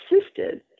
assisted